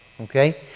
Okay